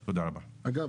אגב,